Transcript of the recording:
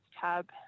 tab